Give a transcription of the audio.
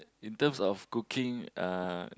in terms of cooking uh